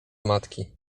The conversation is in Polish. matki